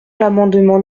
l’amendement